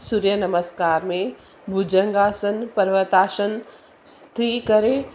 सूर्यनमस्कार में भुजंग आसन पर्वत आसन स्थी करे